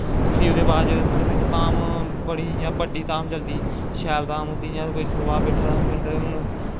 फ्ही ओह्दे बाद च साढ़े पिंड धाम बड़ी इयां बड्डी धाम चलदी शैल धाम होंदी जियां हून सतवाह् बैट्ठे दा हा पिंड